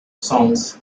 songs